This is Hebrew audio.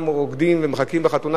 כולם רוקדים ומחכים בחתונה,